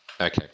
Okay